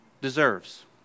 deserves